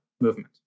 movement